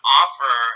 offer